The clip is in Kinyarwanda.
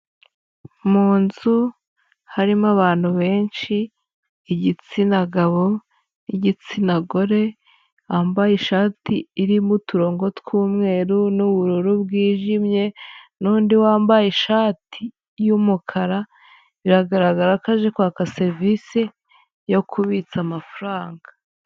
Mu nzu, harimo abantu benshi, igitsina gabo n'igitsina gore, bambaye ishati irimo uturongo tw'umweru n'ubururu bwijimye, n'undi wambaye ishati y'umukara, biragaragara ko aje kwaka serivisi yo kubitsa amafaranga.